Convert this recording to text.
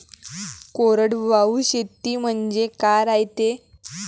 कोरडवाहू शेती म्हनजे का रायते?